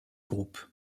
groupe